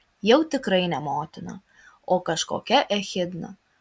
jau tikrai ne motina o kažkokia echidna